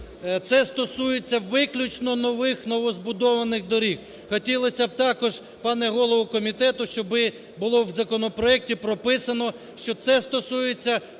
це стосується виключно нових новозбудованих доріг. Хотілося б також, пане голово комітету, щоб було в законопроекті прописано, що це стосується